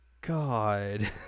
god